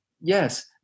Yes